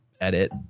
edit